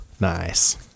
Nice